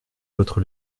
votre